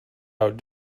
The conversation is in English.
out